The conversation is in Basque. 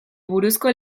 buruzko